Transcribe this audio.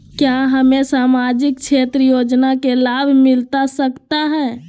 क्या हमें सामाजिक क्षेत्र योजना के लाभ मिलता सकता है?